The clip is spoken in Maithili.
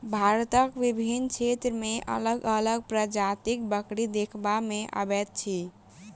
भारतक विभिन्न क्षेत्र मे अलग अलग प्रजातिक बकरी देखबा मे अबैत अछि